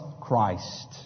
Christ